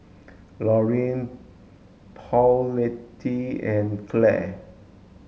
Loree Paulette and Clare